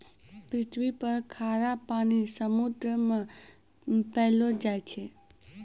पृथ्वी पर खारा पानी समुन्द्र मे पैलो जाय छै